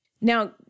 Now